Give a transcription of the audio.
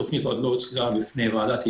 התוכנית עוד לא הוצגה בפני ועדת היגוי,